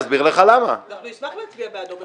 אנחנו נשמח להצביע בעדו.